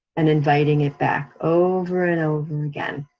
and inviting it back over and over again.